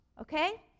okay